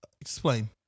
Explain